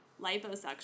liposuction